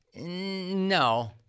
No